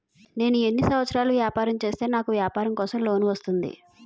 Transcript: నేను ఎన్ని సంవత్సరాలు వ్యాపారం చేస్తే నాకు వ్యాపారం కోసం లోన్ వస్తుంది?